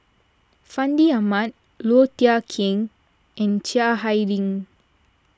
Fandi Ahmad Low Thia Khiang and Chiang Hai Ling